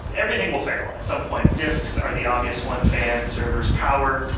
everything will fail at some point. discs are the obvious one, fans, servers, power.